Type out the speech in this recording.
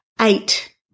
eight